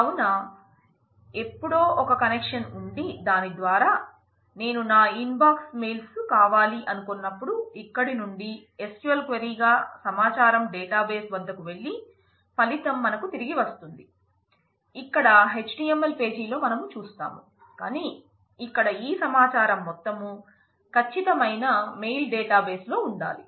కావున ఎక్కడో ఒక కనెక్షన్ లో ఉండాలి